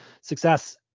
success